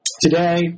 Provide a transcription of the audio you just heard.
Today